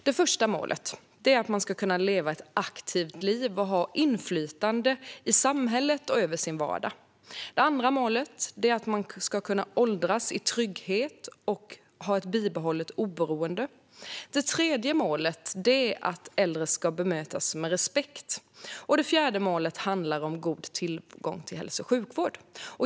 Det första målet är att man ska kunna leva ett aktivt liv och ha inflytande i samhället och över sin vardag. Det andra målet är att man ska kunna åldras i trygghet och ha ett bibehållet oberoende. Det tredje målet är att äldre ska bemötas med respekt. Det fjärde handlar om god tillgång till hälso och sjukvård.